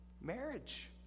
marriage